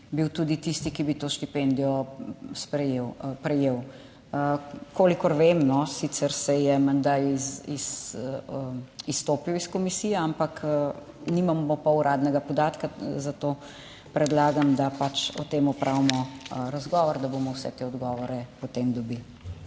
bil tudi tisti, ki bi to štipendijo prejel. Kolikor vem, je sicer menda izstopil iz komisije, nimamo pa uradnega podatka, zato predlagam, da o tem opravimo razgovor, da bomo vse te odgovore potem dobili.